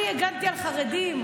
אני הגנתי על חרדים,